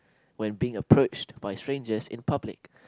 when being approached by strangers in public